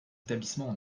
établissements